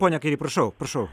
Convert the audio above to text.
pone kairy prašau prašau